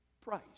price